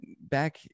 back